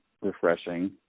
refreshing